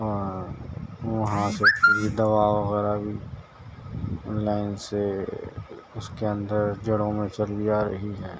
اور وہاں پہ فری دوا وغیرہ بھی لائن سے اس کے اندر جڑوں میں چلی جا رہی ہے